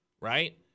right